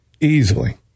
Easily